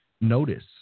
notice